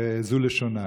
וזו לשונה: